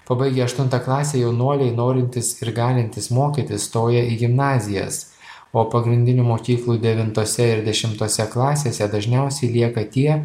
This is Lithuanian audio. pabaigę aštuntą klasę jaunuoliai norintys ir galintys mokytis stoja į gimnazijas o pagrindinių mokyklų devintose dešimtose klasėse dažniausiai lieka tie